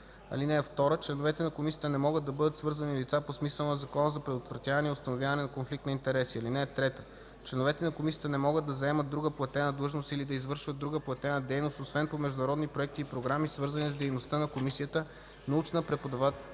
(2) Членовете на комисията не могат да бъдат свързани лица по смисъла на Закона за предотвратяване и установяване на конфликт на интереси. (3) Членовете на комисията не могат да заемат друга платена длъжност или да извършват друга платена дейност освен по международни проекти и програми, свързани с дейността на комисията, научна, преподавателска